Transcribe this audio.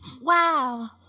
Wow